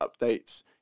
updates